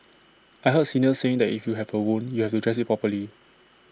I heard seniors saying that if you have A wound you have to dress IT properly